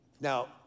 Now